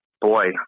boy